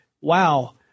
wow